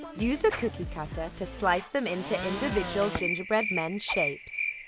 use a cookie cutter to slice them into individual gingerbread men shapes.